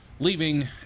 Leaving